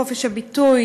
חופש הביטוי,